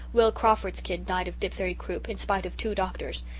will crawford's kid died of dipthery croup, in spite of two doctors.